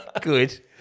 Good